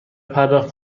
پرداخت